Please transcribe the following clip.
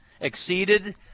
exceeded